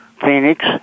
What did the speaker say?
Phoenix